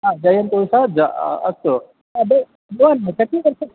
हा जयन्दुशः स ज अस्तु ब् भवान् कति वर्षे